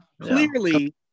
clearly